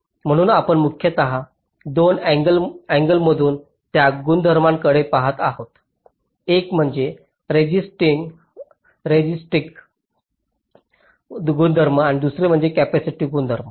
म्हणून आपण मुख्यत 2 अँगल्सतून त्या गुणधर्मांकडे पहात आहोत एक म्हणजे रेसिस्टन्सक गुणधर्म आणि दुसरे कॅपेसिटिव गुणधर्म